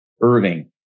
Irving